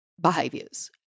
behaviors